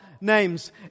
names